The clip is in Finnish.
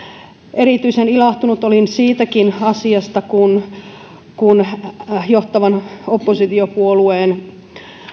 erityisen ilahtunut olin siitäkin asiasta kun kun johtavan oppositiopuolueen